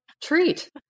treat